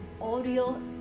audio